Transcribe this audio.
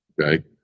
Okay